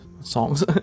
songs